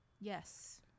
Yes